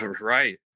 Right